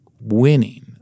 winning